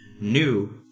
new